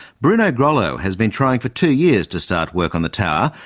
bruno grollo has been trying for two years to start work on the tower,